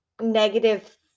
negative